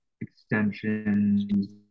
extensions